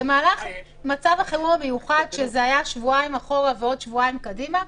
במהלך מצב החירום המיוחד בשבועיים הקודמים ובשבועיים הבאים